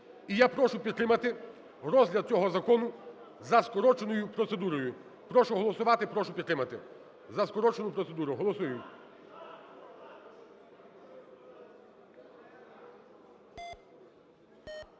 І я прошу підтримати розгляд цього закону за скороченою процедурою. Прошу голосувати, прошу підтримати. За скорочену процедуру. Голосуємо.